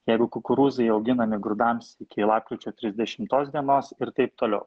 jeigu kukurūzai auginami grūdams iki lapkričio trisdešimtos dienos ir taip toliau